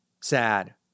Sad